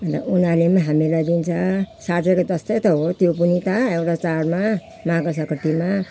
अन्त उनीहरूले पनि हामीहरूलाई दिन्छ साझाको जस्तै त हो त्यो पनि कहाँ एउटा चाडमा माघे सङ्क्रान्तिमा